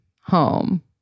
home